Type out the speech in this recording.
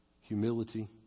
humility